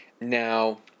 Now